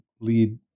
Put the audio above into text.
lead